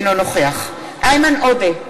אינו נוכח איימן עודה,